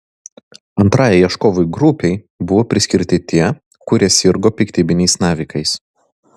antrajai ieškovų grupei buvo priskirti tie kurie sirgo piktybiniais navikais